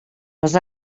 les